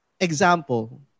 example